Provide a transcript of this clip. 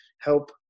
help